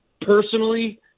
personally